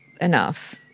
enough